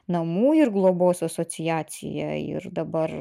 namų ir globos asociacija ir dabar